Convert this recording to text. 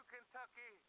Kentucky